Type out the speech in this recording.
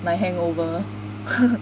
my hangover